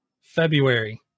February